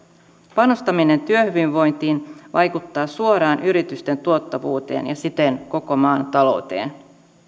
panostaminen työhyvinvointiin vaikuttaa suoraan yritysten tuottavuuteen ja siten koko maan talouteen